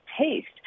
taste